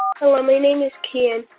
hello. my name is kian.